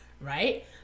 right